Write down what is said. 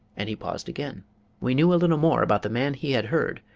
and he paused again we knew a little more about the man he had heard,